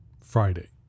Friday